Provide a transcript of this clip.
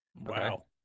wow